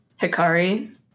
Hikari